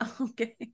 okay